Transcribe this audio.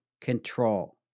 control